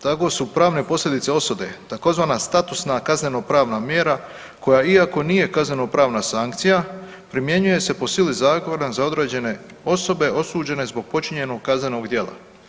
Tako su pravne posljedice osobe, tzv. statusna kaznenopravna mjera koja iako nije kaznenopravna sankcija, primjenjuje se po sili zakona za određene osobe osuđene zbog počinjenog kaznenog djela.